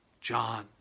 John